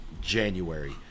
January